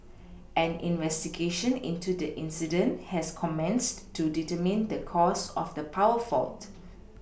an investigation into the incident has commenced to determine the cause of the power fault